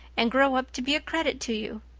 and grow up to be a credit to you.